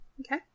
Okay